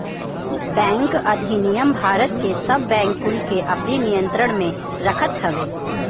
bank अधिनियम भारत के सब बैंक कुल के अपनी नियंत्रण में रखत हवे